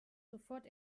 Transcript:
sofort